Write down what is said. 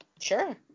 Sure